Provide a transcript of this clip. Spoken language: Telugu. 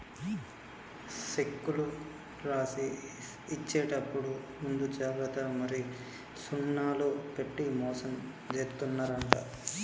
సెక్కులు రాసి ఇచ్చేప్పుడు ముందు జాగ్రత్త మరి సున్నాలు పెట్టి మోసం జేత్తున్నరంట